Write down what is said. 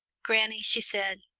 granny, she said,